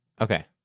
Okay